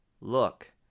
Look